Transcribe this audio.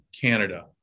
Canada